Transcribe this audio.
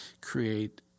create